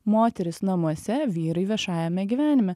moterys namuose vyrai viešajame gyvenime